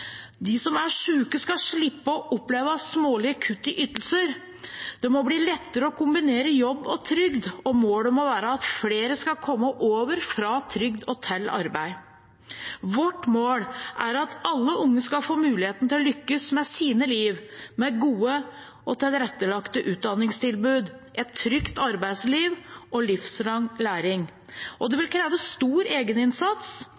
De som er syke, skal slippe å oppleve smålige kutt i ytelser. Det må bli lettere å kombinere jobb og trygd, og målet må være at flere skal komme over fra trygd til arbeid. Vårt mål er at alle unge skal få muligheten til å lykkes med sitt liv, med gode og tilrettelagte utdanningstilbud, et trygt arbeidsliv og livslang læring. Det